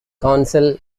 council